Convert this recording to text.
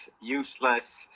useless